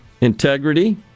integrity